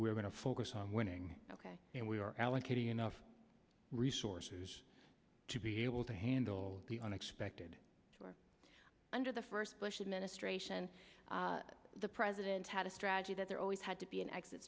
we're going to focus on winning ok and we are allocating enough resources to be able to handle the unexpected under the first bush administration the president had a strategy that there always had to be an exit